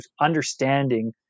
understanding